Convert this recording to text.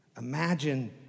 Imagine